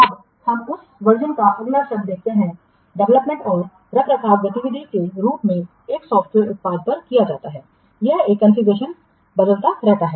अब हम उस वर्जनका अगला शब्द देखते हैं डेवलपमेंट और रखरखाव गतिविधियों के रूप में एक सॉफ्टवेयर उत्पाद पर किया जाता है यह एक कॉन्फ़िगरेशन बदलता रहता है